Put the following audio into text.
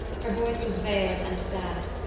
her voice was veiled and sad.